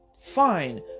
fine